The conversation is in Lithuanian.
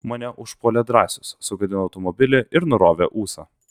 mane užpuolė drąsius sugadino automobilį ir nurovė ūsą